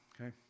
okay